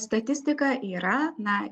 statistika yra na